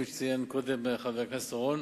כפי שציין קודם חבר הכנסת אורון,